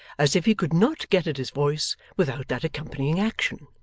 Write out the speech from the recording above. as if he could not get at his voice without that accompanying action.